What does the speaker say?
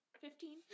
fifteen